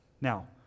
Now